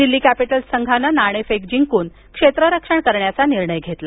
Delhi capitals संघानं नाणेफेक जिंकून क्षेत्ररक्षण करण्याचा निर्णय घेतला